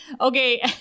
Okay